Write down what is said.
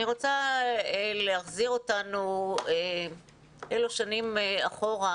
אני רוצה להחזיר אותנו שנים אחורה,